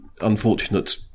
unfortunate